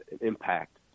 impact